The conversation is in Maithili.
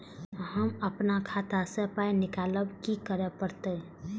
हम आपन खाता स पाय निकालब की करे परतै?